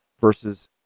versus